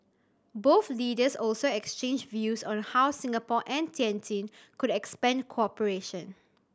both leaders also exchanged views on how Singapore and Tianjin could expand cooperation